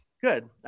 Good